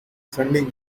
sending